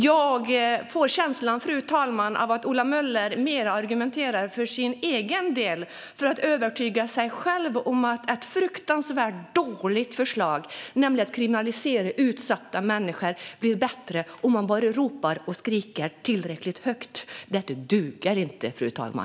Jag får känslan, fru talman, att Ola Möller mer argumenterar för sin egen del för att övertyga sig själv om att det är ett fruktansvärt dåligt förslag att kriminalisera utsatta människor och att det blir bättre om man bara ropar och skriker tillräckligt högt. Detta duger inte, fru talman.